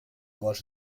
gos